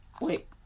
Wait